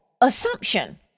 assumption